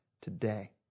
today